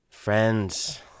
Friends